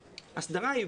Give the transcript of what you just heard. הסדרה.